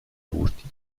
agustín